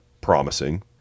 promising